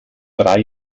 drei